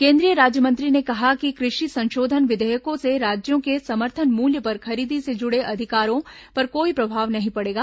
केंद्रीय राज्यमंत्री ने कहा कि कृषि संशोधन विघेयकों से राज्यों के समर्थन मूल्य पर खरीदी से जुड़े अधिकारों पर कोई प्रभाव नहीं पड़ेगा